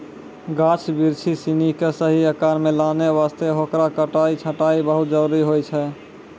गाछ बिरिछ सिनि कॅ सही आकार मॅ लानै वास्तॅ हेकरो कटाई छंटाई बहुत जरूरी होय छै